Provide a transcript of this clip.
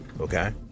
Okay